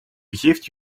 begeeft